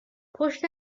پشت